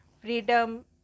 Freedom